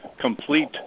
complete